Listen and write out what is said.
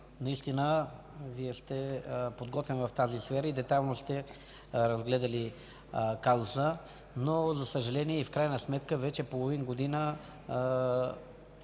Наистина Вие сте подготвен в тази сфера и детайлно сте разгледали казуса, но, за съжаление, и в крайна сметка вече половин година